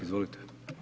Izvolite.